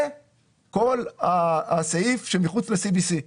זה כל הסעיף שמחוץ ל-CBC.